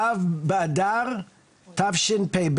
ו' באדר תשפ"ב,